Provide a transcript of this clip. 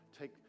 take